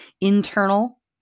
internal